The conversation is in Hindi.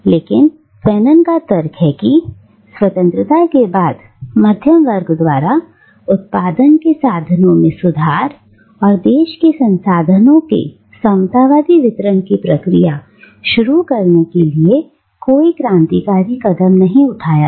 लेकिन फैनन का तर्क है कि स्वतंत्रता के बाद मध्यम वर्ग द्वारा उत्पादन के साधनों में सुधार और देश के संसाधनों के समतावादी वितरण की प्रक्रिया शुरू करने के लिए कोई क्रांतिकारी कदम नहीं उठाया गया